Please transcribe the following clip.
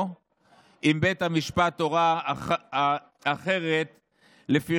מטרתה של הצעת החוק היא לאפשר ככלל שידור של